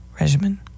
regimen